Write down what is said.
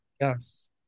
Yes